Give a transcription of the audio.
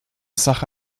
sache